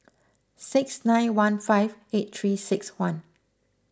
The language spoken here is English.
six nine one five eight three six one